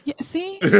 See